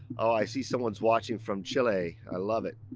oh i see, someone's watching from chile. i love it.